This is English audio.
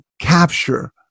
capture